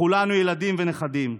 לכולנו ילדים ונכדים,